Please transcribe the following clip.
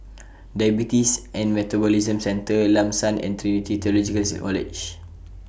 Diabetes and Metabolism Centre Lam San and Trinity Theological C College